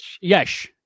Yes